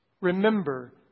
Remember